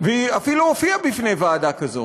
והיא אפילו הופיעה בפני ועדה כזאת.